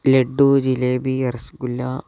laddu jalebi rasgulla